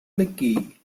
mcgee